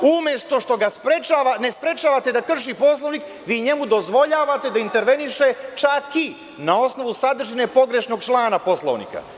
Umesto što ga ne sprečavate da krši Poslovnik, vi njemu dozvoljavate da interveniše čak i na osnovu sadržine pogrešnog člana Poslovnika.